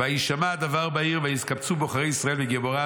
"וישמע הדבר בעיר ויתקבצו בחורי ישראל וגיבוריו